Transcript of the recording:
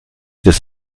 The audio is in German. des